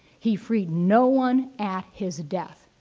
he freed no one at his death.